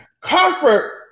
comfort